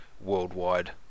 worldwide